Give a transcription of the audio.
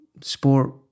sport